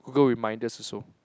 Google reminders also